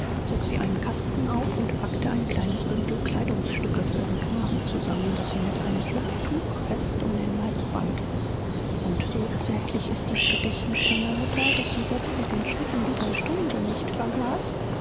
öffnete sie eine kommode und legte ein kleines packet kleidungsstücke für das kind zurecht welches sie mittelst eines taschentuches fest um ihren leib band und so zärtlich ist die sorge einer mutter daß sie selbst in den schrecken dieser stunde nicht vergaß